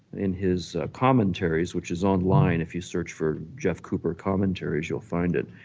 in his commentaries which is online if you search for jeff cooper commentaries you'll find it